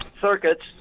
circuits